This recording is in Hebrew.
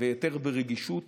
ויותר ברגישות